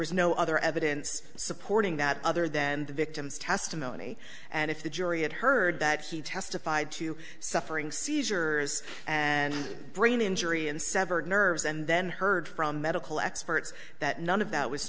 was no other evidence supporting that other than the victim's testimony and if the jury had heard that he testified to suffering seizures and brain injury and severed nerves and then heard from medical experts that none of that was